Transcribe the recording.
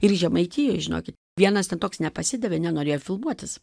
ir žemaitijoj žinokit vienas ten toks nepasidavė nenorėjo filmuotis